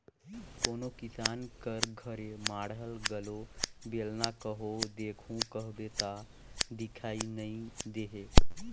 कोनो किसान कर घरे माढ़ल घलो बेलना कहो देखहू कहबे ता दिखई नी देहे